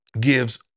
gives